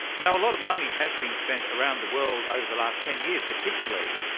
now a lot of money has been spent around the world over the last ten years particularly,